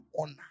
honor